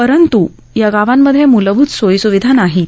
परंतु या गावांमध्ये मूलभूत सोयीसुविधा नाहीत